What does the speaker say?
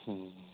ਹੂੰ